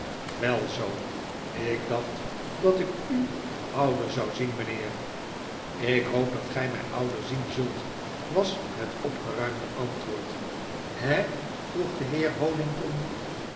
wel zoo ik dacht dat ik u ouder zou zien mynheer ik hoop dat gy my ouder zien zult was het opgeruimde antwoord he vroeg de heer honigdonder